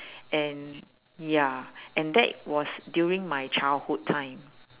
and ya and that was during my childhood time